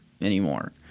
anymore